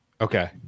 Okay